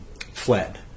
fled